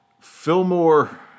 Fillmore